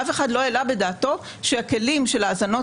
אף אחד לא העלה בדעתו שהכלים של האזנות